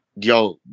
yo